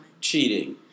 Cheating